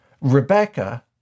Rebecca